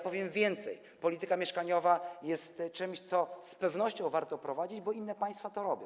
Powiem więcej, polityka mieszkaniowa jest czymś, co z pewnością warto prowadzić, bo inne państwa to robią.